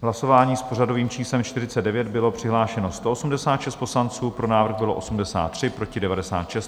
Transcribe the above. Hlasování s pořadovým číslem 49, bylo přihlášeno 186 poslanců, pro návrh bylo 83, proti 96.